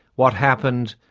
what happened,